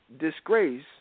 disgrace